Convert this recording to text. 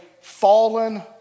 fallen